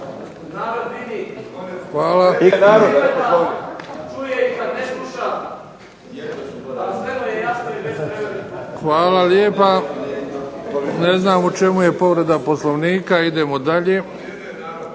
Hvala lijepa. Ne znam u čemu je povreda Poslovnika. Idemo dalje.